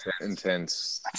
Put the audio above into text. intense